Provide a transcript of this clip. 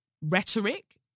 rhetoric